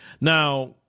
Now